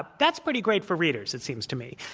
but that's pretty great for re aders, it seems to me,